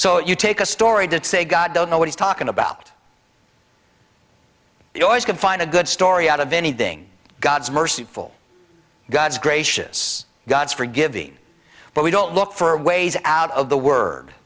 so you take a story did say god don't know what he's talking about you always can find a good story out of anything god's mercy for god's gracious god's forgiving but we don't look for ways out of the word